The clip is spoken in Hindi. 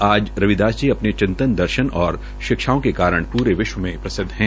आज रविदास जी अपने चिंतन दर्शन और शिक्षाओं के कारण पूरे विश्व में प्रसिदव है